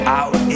out